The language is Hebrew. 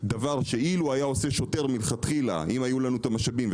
דבר שאילו היה עושה שוטר מלכתחילה אם היו לנו את המשאבים,